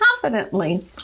confidently